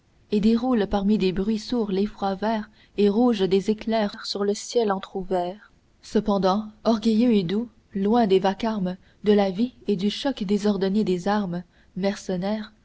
et déroule parmi des bruits sourds l'effroi vert et rouge des éclairs sur le ciel entr'ouvert cependant orgueilleux et doux loin des vacarmes de la vie et du choc désordonné des armes mercenaires